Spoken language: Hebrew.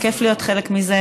כיף להיות חלק מזה.